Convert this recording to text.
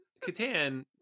Catan